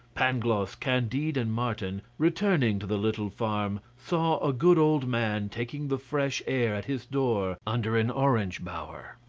pangloss, candide, and martin, returning to the little farm, saw a good old man taking the fresh air at his door under an orange bower.